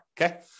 okay